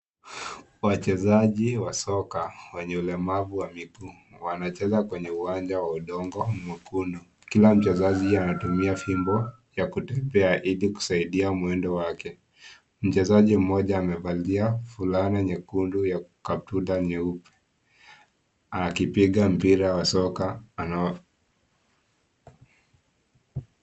Wachezaji wa soka wenye ulemavu wa miguu, wanacheza kwenye uwanja wa undongo mwekundu, Kila mchezaji anatumia fimbo ya kutembea ilikusaidia mwendo wake, mchezaji mmoja amevalia fulana nyekundu na kaputura nyeupe akipiga mpira wa soka...